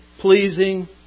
pleasing